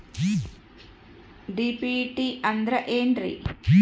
DBT ಅಂದ್ರ ಏನ್ರಿ?